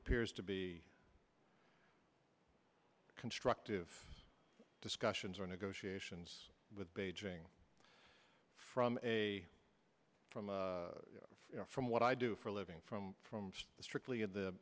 appears to be constructive discussions or negotiations with beijing from a from from what i do for a living from from a strictly of the